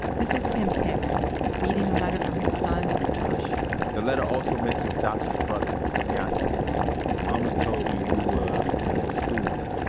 this is tim hicks reading a letter from his son josh the letter also mentions josh's brother deante and momma told me you was in the school.